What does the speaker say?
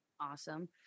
Awesome